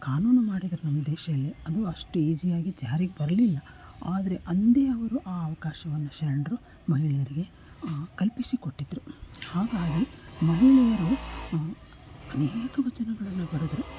ಕಾನೂನು ಮಾಡಿದರು ನಮ್ಮ ದೇಶದಲ್ಲಿಅದು ಅಷ್ಟು ಈಝಿಯಾಗಿ ಜಾರಿಗೆ ಬರಲಿಲ್ಲ ಆದರೆ ಅಂದೇ ಅವರು ಆ ಅವ್ಕಾಶವನ್ನು ಶರಣರು ಮಹಿಳೆಯರಿಗೆ ಕಲ್ಪಿಸಿ ಕೊಟ್ಟಿದ್ದರು ಹಾಗಾಗಿ ಮಹಿಳೆಯರು ಅನೇಕ ವಚನಗಳನ್ನು ಬರೆದರು